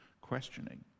questioning